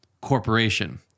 Corporation